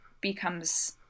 becomes